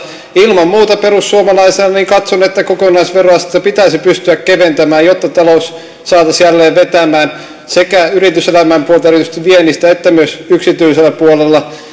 ilman muuta perussuomalaisena katson että kokonaisveroastetta pitäisi pystyä keventämään jotta talous saataisiin jälleen vetämään sekä yrityselämän puolella erityisesti viennissä että myös yksityisellä puolella